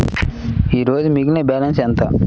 ఈరోజు మిగిలిన బ్యాలెన్స్ ఎంత?